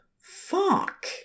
Fuck